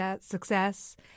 success